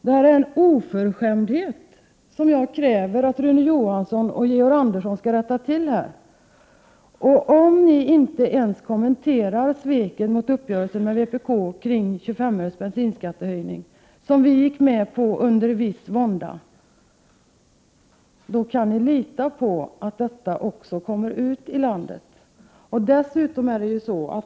Detta är en oförskämdhet, som jag kräver att Rune Johansson och Georg Andersson skall rätta till. Om ni inte ens kommenterar sveken mot uppgörelsen med vpk kring höjningen av bensinskatten med 25 öre, vilken vi gick med på under viss vånda, kan ni lita på att detta också kommer ut i landet.